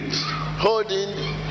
holding